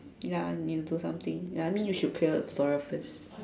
ya I need to do something ya I mean you should clear the tutorial first